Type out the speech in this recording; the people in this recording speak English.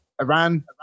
Iran